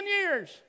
years